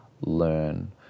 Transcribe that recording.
learn